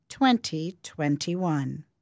2021